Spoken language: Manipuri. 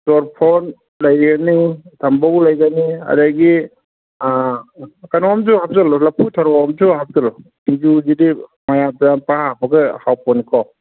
ꯆꯣꯔꯐꯣꯟ ꯂꯩꯒꯅꯤ ꯊꯝꯕꯧ ꯂꯩꯒꯅꯤ ꯑꯗꯒꯤ ꯀꯩꯅꯣꯝꯁꯨ ꯍꯥꯞꯆꯜꯂꯣ ꯂꯐꯨ ꯊꯔꯣ ꯑꯝꯁꯨ ꯍꯥꯞꯆꯜꯂꯣ ꯁꯤꯡꯖꯨꯁꯤꯗꯤ ꯃꯌꯥꯟ ꯇꯨꯌꯥꯟ ꯄꯪꯍꯥꯞ ꯍꯥꯞꯄꯒ ꯍꯥꯎ ꯄꯣꯠꯅꯤꯀꯣ